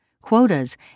quotas